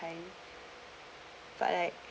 but I